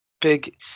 Big